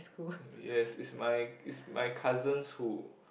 yes it's my it's my cousins who